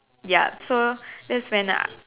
ya so that's when A